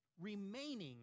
Remaining